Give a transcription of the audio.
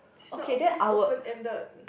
this not ope~ this open ended